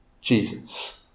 Jesus